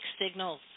signals